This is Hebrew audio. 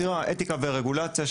ציר האתיקה והרגולציה,